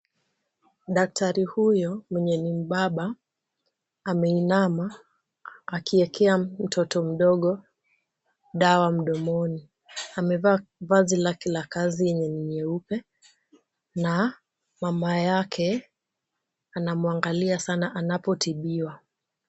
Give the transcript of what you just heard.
Daktari huyu mwenye ni mbaba ameinama akiwekea mtoto mdogo dawa mdomoni. Amevaa vazi lake la kazi yenye ni nyeupe na mama yake anamuangalia sana anapotibiwa.